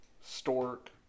Stork